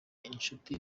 inshuti